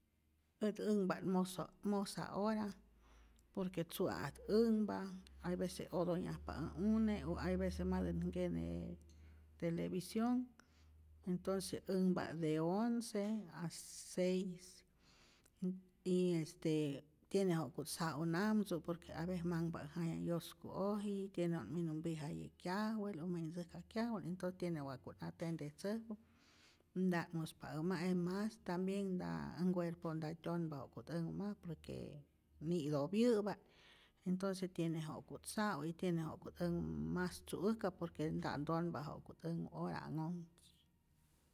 Ät änhpa't mosa mosa hora, por que tzu'a'at änhpa, hay vece otonhyajpa ä une' o hay vece matän nkene televisionh, entonce änhpa't de once a seis y este tiene ja'ku't sau namtzu por que avece manhpa äj jaya yoskuoji, tiene wa'k minu mpijaye kyajwel o mi't ntzäjka kyajwel, entons tiene que wa'ku't atendetzäjku y nta't muspa äu ma'i y mas tambien nta äj nkuerpo nta tyonpa ja'ku't änhu mas, por que ni'topyä'pa't, entonce tiene ja'ku't sa'u y tiene ja'ku't änhu mas tzu'äjka'p, por que nta't ntonpa ja'ku't änhu ora'nhojmä.